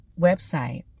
website